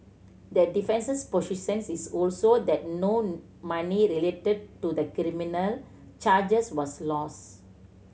the defence's position is also that no money related to the criminal charges was lost